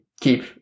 keep